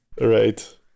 right